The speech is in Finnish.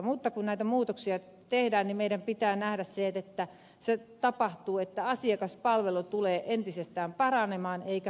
mutta kun näitä muutoksia tehdään meidän pitää nähdä se että se tapahtuu että asiakaspalvelu tulee entisestään paranemaan eikä päinvastoin